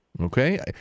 okay